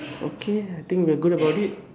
okay I think we're good about it